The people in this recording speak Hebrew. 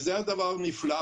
וזה דבר נפלא.